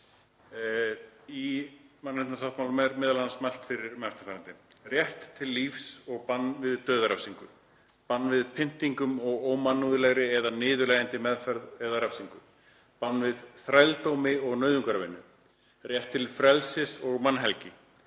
Rétt til lífs og bann við dauðarefsingu. * Bann við pyntingum og ómannúðlegri eða niðurlægjandi meðferð eða refsingu. * Bann við þrældómi og nauðungarvinnu. * Rétt til frelsis og mannhelgi.